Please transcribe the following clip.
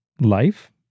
life